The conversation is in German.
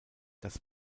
das